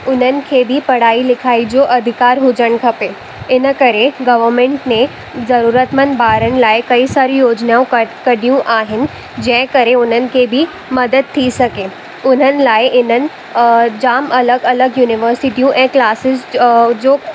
उन्हनि खे बि पढ़ाई लिखाई जो अधिकार हुजणु खपे इन करे गवर्नमेंट ने ज़रूरतमंद ॿारनि लाइ कई सारी योजनाऊं कढियूं आहिनि जंहिं करे उननि खे बि मददि थी सघे उन्हनि लाइ इननि जाम अलॻि अलॻि युनिवर्सिटियूं ऐं क्लासिस जो